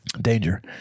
danger